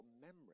memory